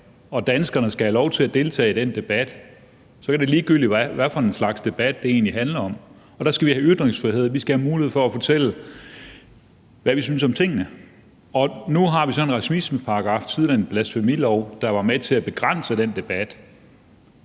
og danskerne skal have lov til at deltage i den debat. Og så er det ligegyldigt, hvad det er for en slags debat, det egentlig handler om. Vi skal have ytringsfrihed, og vi skal have mulighed for at fortælle, hvad vi synes om tingene. Nu har vi så en racismeparagraf ved siden af blasfemiloven, der var med til at begrænse den debat.